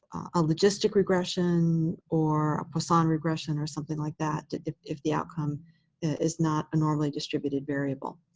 a logistic regression or a poisson regression or something like that if if the outcome is not a normally distributed variable.